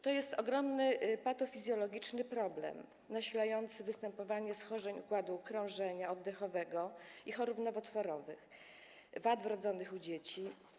To jest ogromny patofizjologiczny problem nasilający występowanie schorzeń układu krążenia, układu oddechowego i chorób nowotworowych, wad wrodzonych u dzieci.